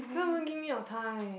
you can't even give me your time